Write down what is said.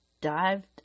dived